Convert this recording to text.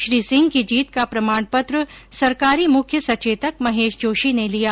श्री सिंह की जीत का प्रमाण पत्र सरकारी मुख्य सचेतक महेश जोशी ने लिया